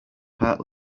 part